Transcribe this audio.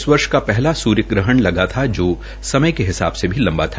आज इस वर्ष का पहला सूर्य ग्रहण लगा था जो समय के हिसाब से भी लम्बा था